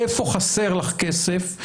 איפה חסר לך כסף,